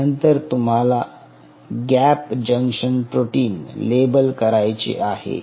नंतर तुम्हाला gap junction protein label करायचे आहे